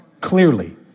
Clearly